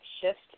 Shift